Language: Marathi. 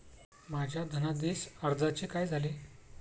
माझ्या धनादेश अर्जाचे काय झाले?